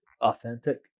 authentic